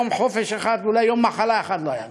יום חופש אחד, אולי יום מחלה אחד לא היה לו.